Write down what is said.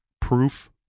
proof